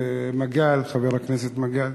חבר הכנסת מגל.